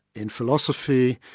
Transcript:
in philosophy,